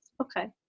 okay